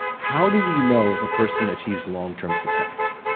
how do we know if a person achieves long-term success?